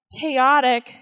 chaotic